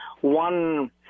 one